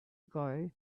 ago